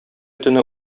төне